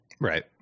Right